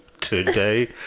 today